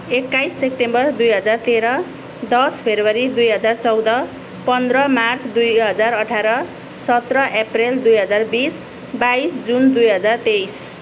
एक्काइस सेम्टेम्बर दुई हजार तेह्र दस फरवरी दुई हजार चौध पन्ध्र मार्च दुई हजार अठाह्र सत्र एप्रेल दुई हजार बिस बाइस जुन दुई हजार तेइस